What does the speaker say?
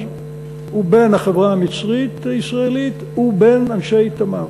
ובין החברה המצרית-ישראלית ובין אנשי "תמר".